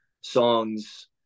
songs